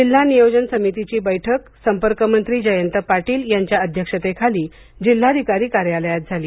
जिल्हा नियोजन समितीची बैठक संपर्क मंत्री जयंत पाटील यांच्या अध्यक्षतेखाली जिल्हाधिकारी कार्यालयात झाली